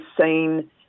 seen